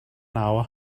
hour